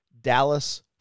Dallas